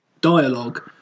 dialogue